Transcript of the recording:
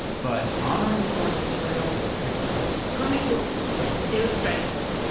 but honoring the source material is tricky comic book illustrators,